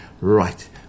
right